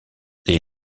les